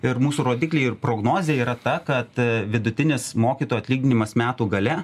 ir mūsų rodikliai ir prognozė yra ta kad vidutinis mokytojų atlyginimas metų gale